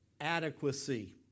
adequacy